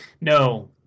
no